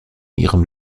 ihrem